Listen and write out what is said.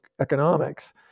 Economics